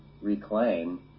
reclaim